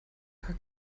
paar